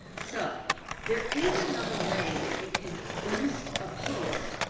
so there is another way that you can boost a post,